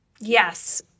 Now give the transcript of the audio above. Yes